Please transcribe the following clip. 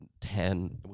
ten